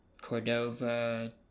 Cordova